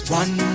one